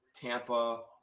Tampa